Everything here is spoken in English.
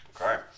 Okay